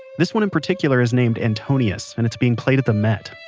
this one in particular is named and anotnius and it's being played at the met,